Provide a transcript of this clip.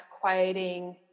quieting